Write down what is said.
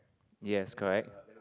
yes correct